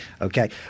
Okay